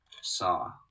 Saw